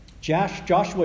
Joshua